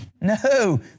No